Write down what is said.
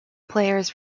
players